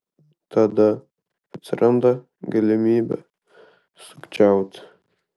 tada atsiranda galimybė sukčiauti